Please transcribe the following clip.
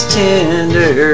tender